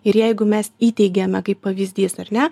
ir jeigu mes įteigiame kaip pavyzdys ar ne